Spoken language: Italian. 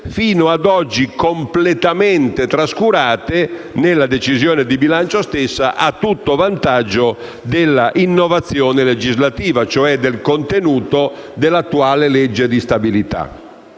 fino ad oggi completamente trascurati nella decisione di bilancio stessa, a tutto vantaggio dell'innovazione legislativa, ovvero del contenuto dell'attuale legge di stabilità.